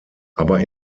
aber